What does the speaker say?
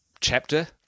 chapter